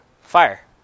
fire